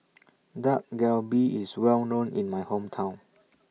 Dak Galbi IS Well known in My Hometown